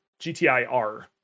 gtir